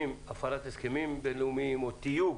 מהפרת הסכמים בין-לאומיים או תיוג